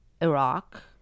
Iraq